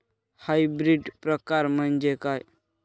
Hybrid प्रकार म्हणजे काय?